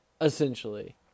essentially